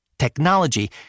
Technology